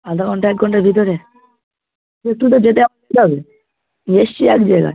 আধা ঘন্টা এক ঘন্টার ভেতরে একটু তো যেতে হবে এসছি এক জায়গায়